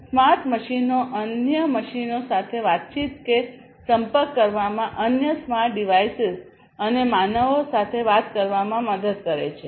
smart મશીનો અન્ય મશીનો સાથે વાતચીત કે સંપર્ક કરવામાં અન્ય સ્માર્ટ ડિવાઇસીસ અને માનવો સાથે વાત કરવામાં મદદ કરે છે